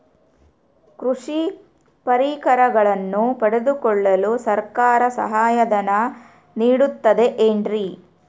ಕೃಷಿ ಪರಿಕರಗಳನ್ನು ಪಡೆದುಕೊಳ್ಳಲು ಸರ್ಕಾರ ಸಹಾಯಧನ ನೇಡುತ್ತದೆ ಏನ್ರಿ?